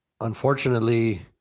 Unfortunately